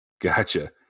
Gotcha